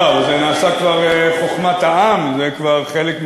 טוב, זה נעשה כבר חוכמת העם, זה כבר חלק מאתנו,